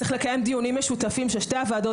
צריך לקיים דיונים משותפים של שתי הוועדות